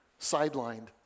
sidelined